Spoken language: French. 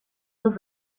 neuf